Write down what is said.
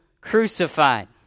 crucified